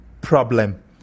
problem